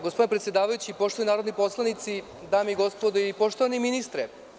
Gospodine predsedavajući, poštovani narodni poslanici, dame i gospodo i poštovani ministre.